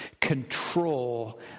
control